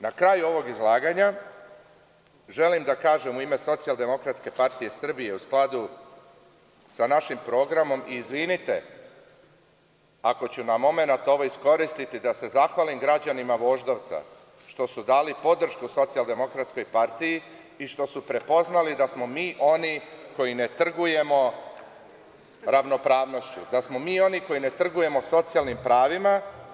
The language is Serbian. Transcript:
Na kraju ovog izlaganja želim da kažem u ime SDPS u skladu sa našim programom i izvinite ako ću na momenat ovo iskoristiti da se zahvalim građanima Voždovca što su dali podršku SDPS i što su prepoznali da smo mi oni koji ne trgujemo ravnopravnošću, da smo mi oni koji ne trgujemo socijalnim pravima.